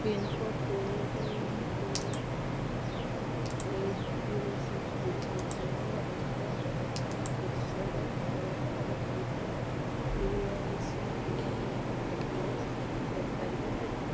pincode two two zero eight zero six zero ଅଞ୍ଚଳରେ ଅବସ୍ଥିତ ତଥା ଏକ୍ସ ରେ ସେବା ପ୍ରଦାନ କରୁଥିବା ଇ ଏସ୍ ଆଇ ସି କେନ୍ଦ୍ର ଗୁଡ଼ିକ ଖୋଜିବାରେ ସାହାଯ୍ୟ କରିପାରିବ କି